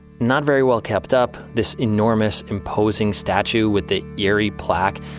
not very well kept up this enormous imposing statue with the eerie plaque.